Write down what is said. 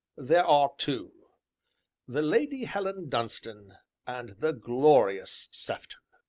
there are two the lady helen dunstan and the glorious sefton.